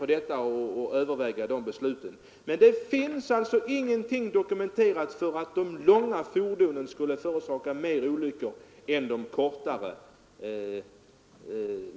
Men det finns beträffande den tyngre landsvägstrafiken inget dokumenterat belägg för att de långa fordonen skulle orsaka flera olyckor än de kortare.